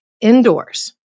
indoors